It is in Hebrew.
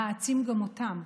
להעצים גם אותם,